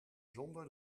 zonder